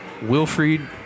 wilfried